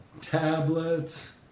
tablets